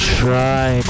try